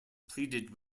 pleaded